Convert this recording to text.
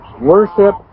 worship